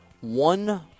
One